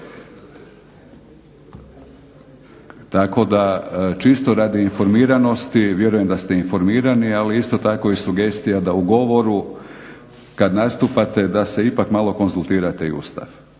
Tako da čisto radi informiranosti, vjerujem da ste informirani, ali isto tako i sugestija da u govoru kad nastupate da ipak malo konzultirate i Ustav.